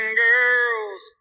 girls